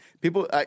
People